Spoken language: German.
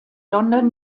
london